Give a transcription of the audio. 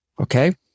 okay